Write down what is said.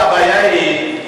הבעיה היא,